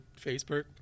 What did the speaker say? Facebook